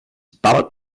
ballot